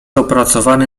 opracowany